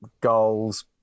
goals